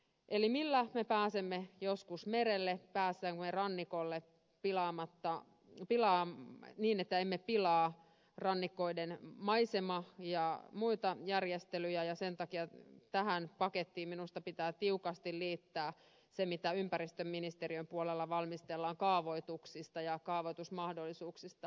eli kysymys on siitä millä me pääsemme joskus merelle pääsemmekö me rannikolle niin että emme pilaa rannikoiden maisema ja muita järjestelyjä ja sen takia tähän pakettiin minusta pitää tiukasti liittää se mitä ympäristöministeriön puolella valmistellaan kaavoituksista ja kaavoitusmahdollisuuksista